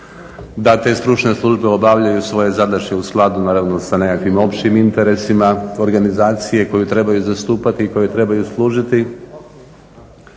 da te stručne službe obavljaju svoje zadaće u skladu naravno sa nekakvim općim interesima organizacije koju trebaju zastupati i koju trebaju služiti.